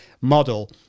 model